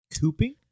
Cooping